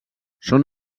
són